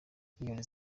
milliyoni